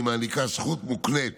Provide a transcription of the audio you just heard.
היא מעניקה זכות מוקנית